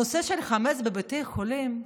הנושא של חמץ בבתי חולים,